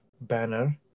banner